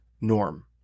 norm